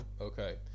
Okay